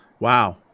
Wow